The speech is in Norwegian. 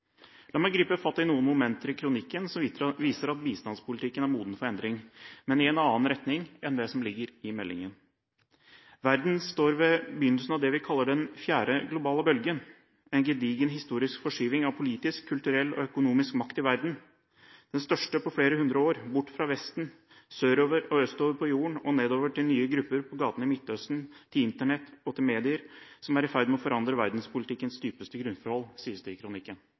La meg gripe fatt i noen momenter i kronikken som viser at bistandspolitikken er moden for endring, men en endring i en annen retning enn den som ligger i meldingen: «Verden står ved begynnelsen av det vi kaller den «Den fjerde globale bølgen», en gedigen historisk forskyving av politisk, kulturell og økonomisk makt i verden – den største på flere hundre år – bort fra Vesten, og sørover og østover på jorden, og nedover til nye grupper på gaten i Midtøsten, til internett og medier, som er i ferd med å forandre verdenspolitikkens dypeste grunnforhold.» Slik sies det i kronikken.